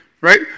right